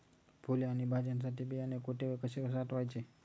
फुले आणि भाज्यांसाठी बियाणे कुठे व कसे साठवायचे?